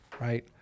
Right